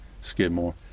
Skidmore